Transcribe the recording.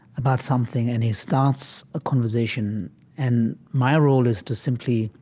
about something and he starts a conversation and my role is to simply